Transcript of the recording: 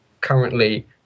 currently